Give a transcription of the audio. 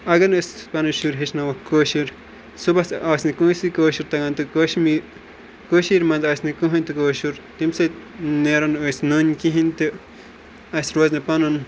اَگَر نہٕ أسۍ پَنٕنۍ شُرۍ ہیٚچھناووکھ کٲشِر صُبحس آسہِ نہٕ کٲنٛسہِ کٲشُر تَگان تہٕ کٲشہِ میٖر کٔشیٖرِ منٛز آسہِ نہٕ کہیٖنۍ تہِ کٲشُر تمہِ سۭتۍ نیرَو نہٕ أسۍ ننٕۍ کِہیٖنۍ تہٕ اَسہِ روزِ نہٕ پَنُن